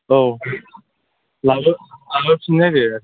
औ लाबो लाबोफिन्दो दे